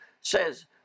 says